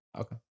Okay